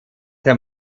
der